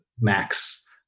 max